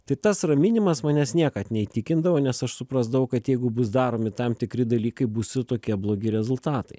tai tas raminimas manęs niekad neįtikindavo nes aš suprasdavau kad jeigu bus daromi tam tikri dalykai bus tokie blogi rezultatai